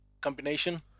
combination